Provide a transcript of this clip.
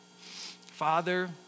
Father